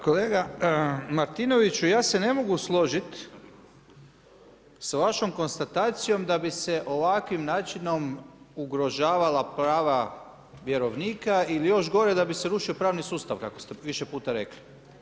Kolega Martinoviću ja se ne mogu složiti s vašom konstatacijom da bi se ovakvim načinom ugrožavala prava vjerovnika ili još gore da bi se ruši pravni sustav kako ste više puta rekli.